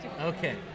Okay